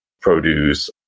produce